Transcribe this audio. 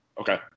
Okay